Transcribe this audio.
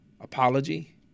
apology